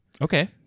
Okay